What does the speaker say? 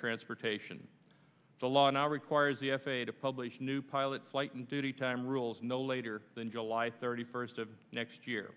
transportation a lot now requires the f a a to publish new pilot flight and duty time rules no later than july thirty first of next year